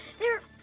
they're